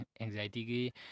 anxiety